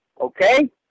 Okay